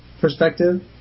perspective